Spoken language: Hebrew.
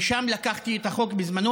משם לקחתי את החוק בזמנו,